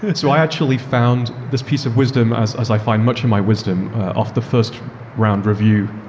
and so, i actually found this piece of wisdom as as i find much of my wisdom off the first round review